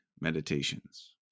Meditations